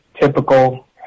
typical